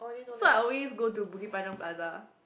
so I always go to Bukit-Panjang plaza